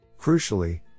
Crucially